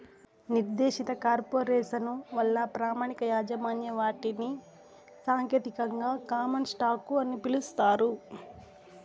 నిర్దేశిత కార్పొరేసను వల్ల ప్రామాణిక యాజమాన్య వాటాని సాంకేతికంగా కామన్ స్టాకు అని పిలుస్తారు